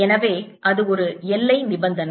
எனவே அது ஒரு எல்லை நிபந்தனை